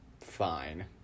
fine